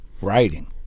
writing